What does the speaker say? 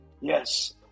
Yes